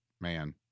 man